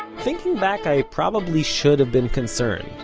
thinking back i probably should have been concerned,